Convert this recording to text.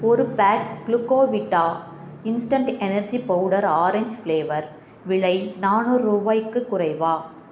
ஒரு pack Glucovita instant energy powder orange flavour விலை நானூறு ரூபாய்க்குக் குறைவா